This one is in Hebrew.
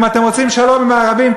אם אתם רוצים שלום עם הערבים,